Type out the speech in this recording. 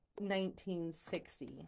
1960